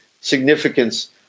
significance